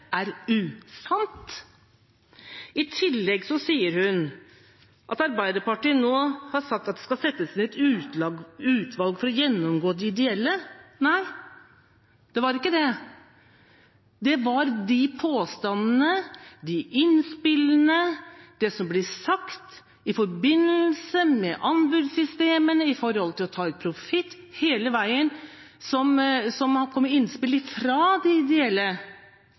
er usant? I tillegg sier hun at Arbeiderpartiet nå har sagt at det skal settes ned et utvalg for å gjennomgå de ideelle. Nei, det var ikke det. Det var de påstandene, de innspillene, det som ble sagt i forbindelse med anbudssystemene når det gjelder det å ta ut profitt hele veien, som det kom innspill om fra de ideelle